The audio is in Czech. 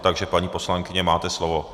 Takže paní poslankyně, máte slovo.